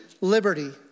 liberty